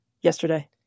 yesterday